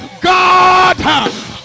God